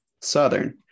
Southern